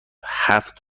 هفت